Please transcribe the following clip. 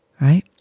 right